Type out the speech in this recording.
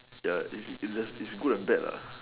ya it's it's just it's good and bad lah